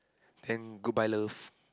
then goodbye love